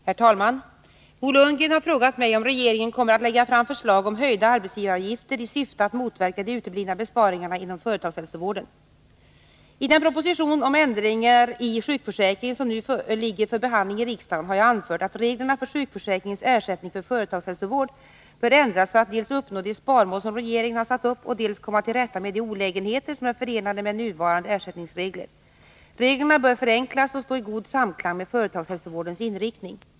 Herr talman! Bo Lundgren har frågat mig om regeringen kommer att lägga fram förslag om höjda arbetsgivaravgifter i syfte att motverka de uteblivna besparingarna inom företagshälsovården. I den proposition om ändringar i sjukförsäkringen som nu ligger för behandling i riksdagen har jag anfört att reglerna för sjukförsäkringens ersättning för företagshälsovård bör ändras för att dels uppnå de sparmål som regeringen har satt upp, dels komma till rätta med de olägenheter som är förenade med nuvarande ersättningsregler. Reglerna bör förenklas och stå i god samklang med företagshälsovårdens inriktning.